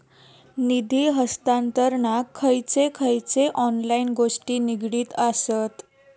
निधी हस्तांतरणाक खयचे खयचे ऑनलाइन गोष्टी निगडीत आसत?